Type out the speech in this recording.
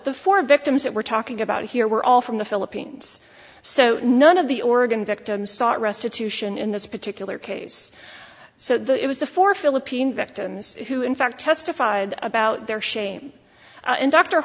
the four victims that we're talking about here were all from the philippines so none of the oregon victims sought restitution in this particular case so the it was the four philippine victims who in fact testified about their shame and dr